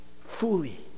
fully